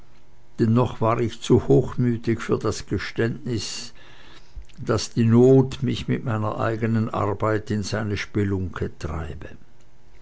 noch war ich zu hochmütig für das geständnis daß die not mich mit meiner eigenen arbeit in seine spelunke treibe